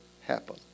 happen